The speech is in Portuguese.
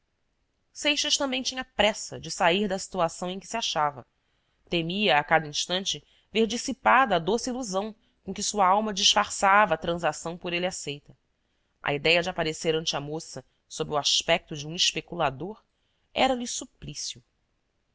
seixas também tinha pressa de sair da situação em que se achava temia a cada instante ver dissipada a doce ilusão com que sua alma disfarçava a transação por ele aceita a idéia de aparecer ante a moça sob o aspecto de um especulador era-lhe suplício